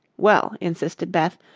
well, insisted beth,